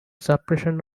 suppression